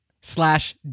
slash